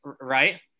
Right